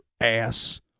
ass